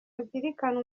azirikana